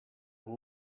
who